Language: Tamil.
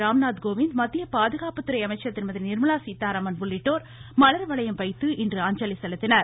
ராம்நாத்கோவிந்த் மத்திய பாதுகாப்புத்துறை அமைச்சர் திருமதி நிர்மலா சீதாராமன் உள்ளிட்டோர் மலர் வளையம் வைத்து இன்று அஞ்சலி செலுத்தினார்கள்